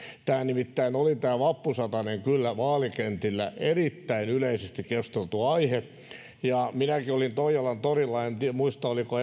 tämä vappusatanen nimittäin oli vaalikentillä erittäin yleisesti keskusteltu aihe minäkin olin toijalan torilla en muista oliko